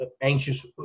anxious